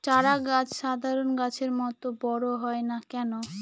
চারা গাছ সাধারণ গাছের মত বড় হয় না কেনো?